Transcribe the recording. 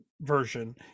version